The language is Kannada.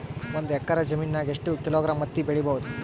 ಒಂದ್ ಎಕ್ಕರ ಜಮೀನಗ ಎಷ್ಟು ಕಿಲೋಗ್ರಾಂ ಹತ್ತಿ ಬೆಳಿ ಬಹುದು?